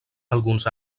alguns